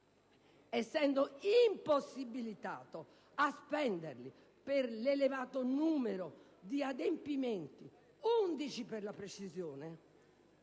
essendo impossibilitato a spenderli per l'elevato numero di adempimenti (11, per la precisione)